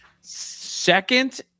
second